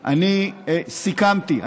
אני סיכמתי,